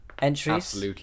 Entries